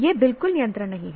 यह बिल्कुल नियंत्रण नहीं है